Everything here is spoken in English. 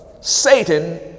Satan